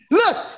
look